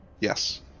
Yes